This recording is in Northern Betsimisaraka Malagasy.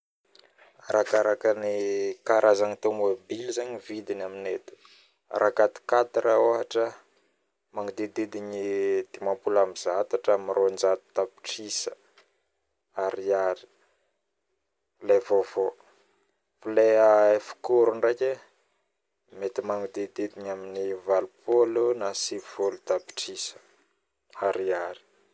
Arakaraka ny karazagna tomobile ny vidiny aminay atô rah 4x4 magnodidigny 150 hatram 200 tapitrisa AR lay vaovao lay afkôro ndraiky mety magnodidigny 80 na 90 tapitrisa AR